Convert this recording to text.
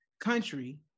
country